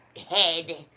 head